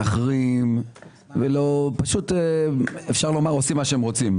מאחרים ופשוט אפשר לומר עושים מה שהם רוצים,